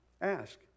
Ask